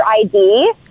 ID